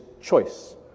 choice